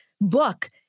book